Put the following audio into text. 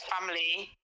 family